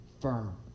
firm